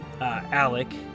Alec